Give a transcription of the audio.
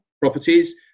properties